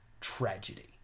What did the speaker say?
tragedy